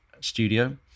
studio